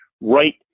right